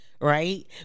right